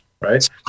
right